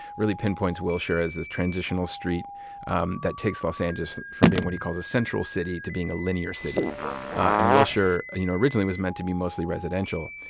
really pinpoints wilshire as this transitional street um that takes los angeles from being what he calls a central city to being a linear city and wilshire you know originally was meant to be mostly residential.